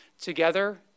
Together